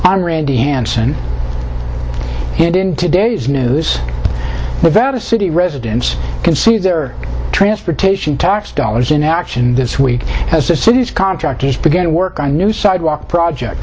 i'm randy hanson and in today's news about a city residents can see their transportation tax dollars in action this week as the city's contractors began work on a new sidewalk project